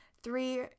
Three